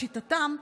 לשיטתם,